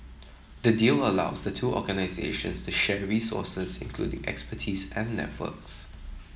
the deal allows the two organisations to share resources including expertise and networks